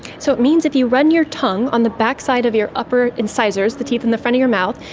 so it means that if you run your tongue on the back side of your upper incisors, the teeth in the front of your mouth,